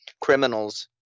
criminals